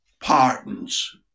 pardons